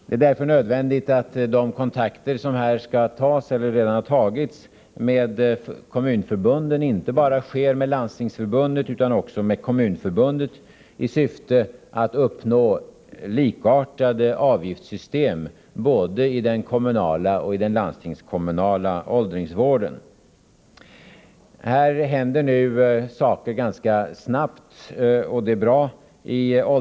Det är därför nödvändigt att de kontakter som skall tas eller redan har tagits sker inte bara med Landstingsförbundet utan också med Kommunförbundet, i syfte att uppnå likartade avgiftssystem i den kommunala och i den landstingskommunala åldringsvården. I åldringsvården händer 52 nu saker ganska snabbt, och det är bra.